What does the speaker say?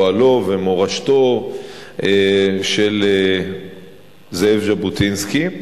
פועלו ומורשתו של זאב ז'בוטינסקי.